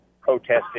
protesting